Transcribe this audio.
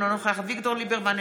אינו נוכח אביגדור ליברמן,